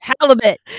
Halibut